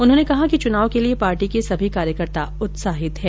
उन्होंने कहा कि चुनाव के लिए पार्टी के सभी कार्यकर्ता उत्साहित हैं